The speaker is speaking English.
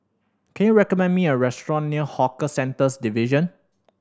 can you recommend me a restaurant near Hawker Centres Division